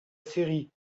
série